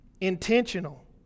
intentional